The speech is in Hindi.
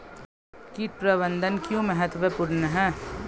कीट प्रबंधन क्यों महत्वपूर्ण है?